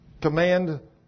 command